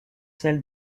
celle